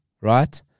right